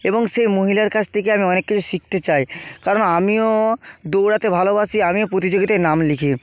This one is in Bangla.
এবং সে মহিলার কাছ থেকে আমি অনেক কিছু শিখতে চাই কারণ আমিও দৌড়াতে ভালোবাসি আমিও প্রতিযোগিতায় নাম লিখি